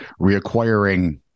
reacquiring